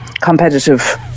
competitive